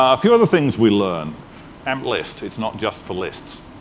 ah few other things we learned amp-list, it's not just for lists.